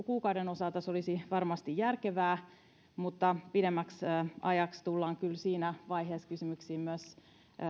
kuukauden osalta se olisi varmasti järkevää mutta pidemmäksi ajaksi tullaan kyllä siinä vaiheessa kysymyksiin myös